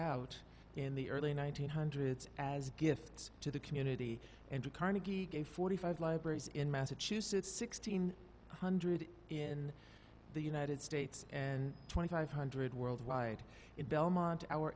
out in the early one nine hundred as gifts to the community and to carnegie gave forty five libraries in massachusetts sixteen hundred in the united states and twenty five hundred worldwide in belmont our